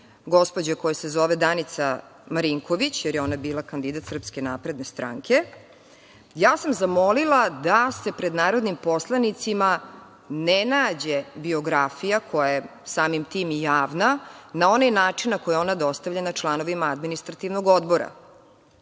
gospođa koja se zove Danica Marinković, jer je ona bila kandidat SNS, zamolila sam da se pred narodnim poslanicima ne nađe biografija, koja je samim tim javna, na onaj način na koji je ona dostavljena članovima Administrativnog odbora,